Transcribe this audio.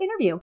interview